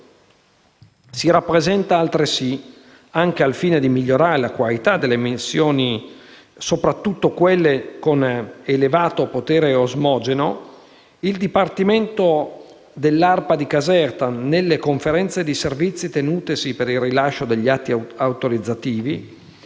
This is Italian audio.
Si rappresenta altresì che, al fine di migliorare la qualità delle emissioni, soprattutto quelle con elevato potere osmogeno, il dipartimento dell'ARPAC di Caserta, nelle conferenze di servizi tenutesi per il rilascio degli atti autorizzativi,